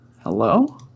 Hello